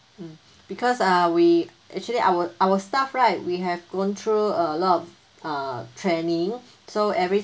mm because uh we actually our our staff right we have gone through a lot of uh training so every